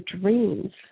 dreams